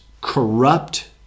corrupt